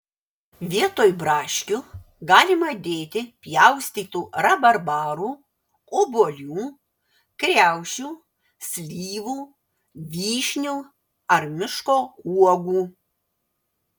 vietoj braškių galima dėti pjaustytų rabarbarų obuolių kriaušių slyvų vyšnių ar miško uogų